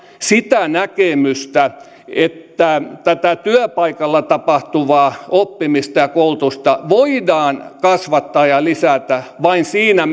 sitä näkemystä että tätä työpaikalla tapahtuvaa oppimista ja koulutusta voidaan kasvattaa ja lisätä vain siinä